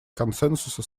консенсуса